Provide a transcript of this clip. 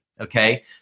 okay